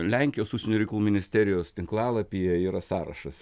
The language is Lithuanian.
lenkijos užsienio reikalų ministerijos tinklalapyje yra sąrašas